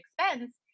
expense